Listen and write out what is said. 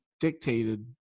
dictated